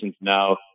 now